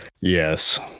Yes